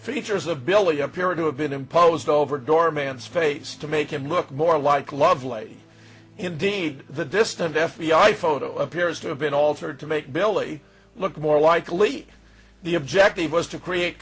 features of billy appear to have been imposed over doorman's face to make him look more like lovelady indeed the distant f b i photo appears to have been altered to make billy look more like lee the objective was to create